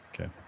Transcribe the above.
Okay